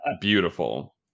beautiful